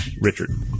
Richard